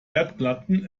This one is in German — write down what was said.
erdplatten